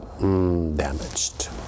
damaged